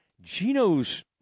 Gino's